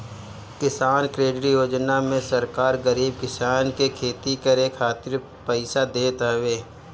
किसान क्रेडिट योजना में सरकार गरीब किसानन के खेती करे खातिर पईसा देत हवे